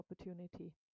opportunity